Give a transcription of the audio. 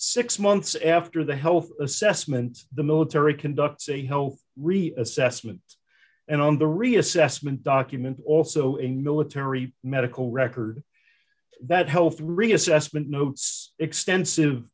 six months after the health assessment the military conduct say whoa re assessment and on the reassessment document also in military medical records that health reassessment notes extensive